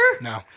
No